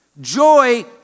Joy